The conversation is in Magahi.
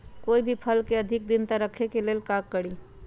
कोई भी फल के अधिक दिन तक रखे के ले ल का करी?